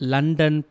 London